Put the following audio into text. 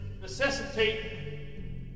necessitate